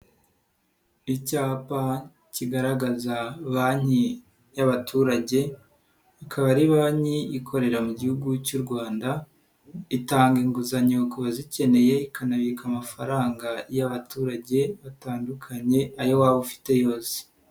Icyapa kigaragaza banki y'abaturage, akaba ari banki ikorera mu gihugu cy'u Rwanda, itanga inguzanyo ku bazikeneye ikanabika amafaranga y'abaturage batandukanye ayo waba ufite yose.